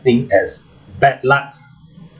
thing as bad luck